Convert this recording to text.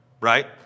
right